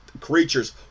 Creatures